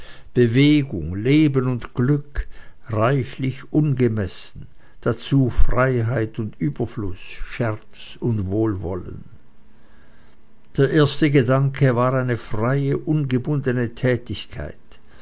bewegung leben und glück reichlich ungemessen dazu freiheit und überfluß scherz und wohlwollen der erste gedanke war eine freie ungebundene tätigkeit